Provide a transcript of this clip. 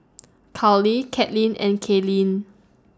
Carlee Katlynn and Kaylyn